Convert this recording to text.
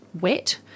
wet